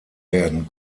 werden